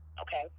Okay